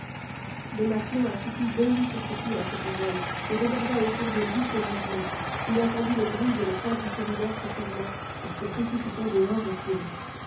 le matelot assoupi bondit sur ses pieds à ces paroles et regarda autour de lui sauvagement il entendit le bruit de la porte du corridor se fermant il se précipita dehors en courant